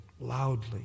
loudly